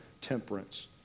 temperance